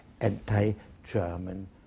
anti-German